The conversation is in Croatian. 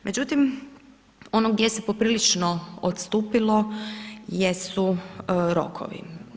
Međutim, ono gdje se poprilično odstupilo jesu rokovi.